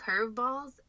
curveballs